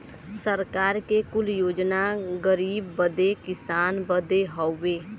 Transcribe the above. सरकार के कुल योजना गरीब बदे किसान बदे हउवे